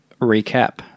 recap